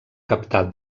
captar